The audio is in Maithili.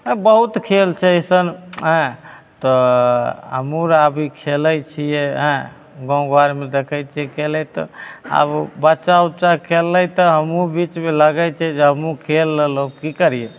आओर बहुत खेल छै अइसन हेँ तऽ हमहूँआर भी खेलै छिए एँ गामघरमे देखै छिए खेलैत तऽ आब ओ बच्चा उच्चा खेललै तऽ हमहूँ बीचमे लगै छै जे हमहूँ खेल लेलहुँ कि करिए